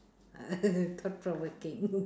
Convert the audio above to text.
uh thought provoking